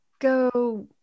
go